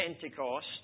Pentecost